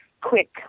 quick